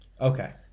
Okay